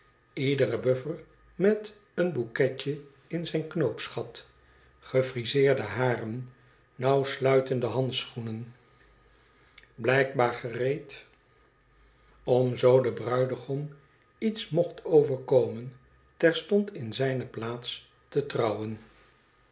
iedere buffer met een bouquetje in zijn knoopsgat gefriseerde haren nauwsluitende handschoenen blijkbaar gereed om zoo den bruidegom iets mocht overkomen terstond in zijne plaats te trouwen